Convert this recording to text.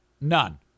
None